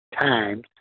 times